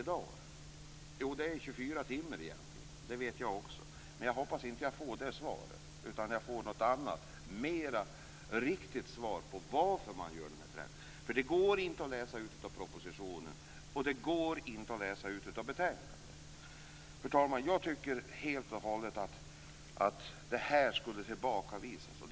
Ja, det är naturligtvis 24 timmar - det vet jag också - men jag hoppas att jag inte får det svaret utan ett verkligt svar på varför man vill genomföra den här förändringen. Det går inte att läsa ut av propositionen, och det går inte att läsa ut av betänkandet. Fru talman! Jag tycker att det här förslaget skall tillbakavisas.